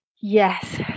Yes